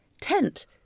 tent